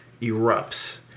erupts